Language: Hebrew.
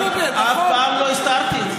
יש בגוגל, אף פעם לא הסתרתי את זה.